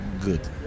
Good